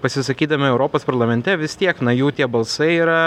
pasisakydami europos parlamente vis tiek na jų tie balsai yra